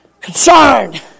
concerned